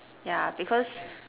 yeah because